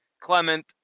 Clement